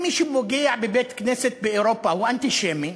אם מי שפוגע בבית-כנסת באירופה הוא אנטישמי,